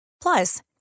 Plus